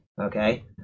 okay